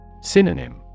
Synonym